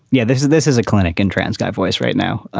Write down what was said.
yeah. this is this is a clinic and trans guy voice right now.